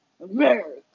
America